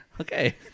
Okay